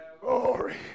Glory